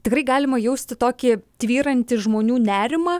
tikrai galima jausti tokį tvyrantį žmonių nerimą